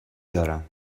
دارم